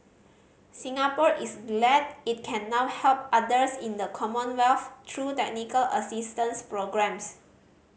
Singapore is glad it can now help others in the Commonwealth through technical assistance programmes